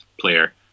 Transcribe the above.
player